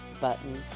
button